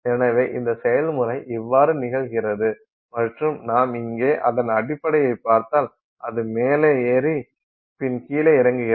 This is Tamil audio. எனவே இந்த செயல்முறை இவ்வாறு நிகழ்கிறது மற்றும் நாம் இங்கே அதன் அடிப்படையைப் பார்த்தால் இது மேலே ஏறி பின் கீழே இரங்குகிறது